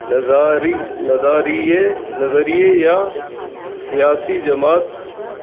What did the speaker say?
نظاری نظاریے نظریے یا سیاسی جماعت